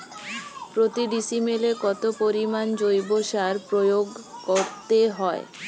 প্রতি ডিসিমেলে কত পরিমাণ জৈব সার প্রয়োগ করতে হয়?